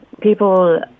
people